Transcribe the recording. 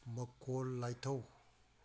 ꯃꯈꯣꯜ ꯂꯩꯊꯧ